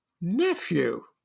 nephew